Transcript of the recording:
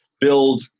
build